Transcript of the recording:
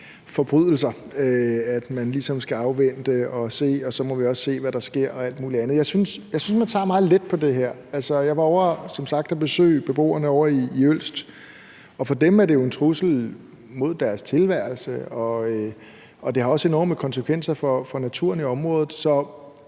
forbrydelser, altså at man ligesom skal afvente det og man så også må se, hvad der sker, og alt muligt andet. Jeg synes, at man tager meget let på det her. Jeg var som sagt ovre at besøge beboerne i Ølst, og for dem er det jo en trussel mod deres tilværelse, og det har også enorme konsekvenser for naturen i området. Så